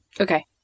Okay